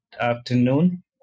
afternoon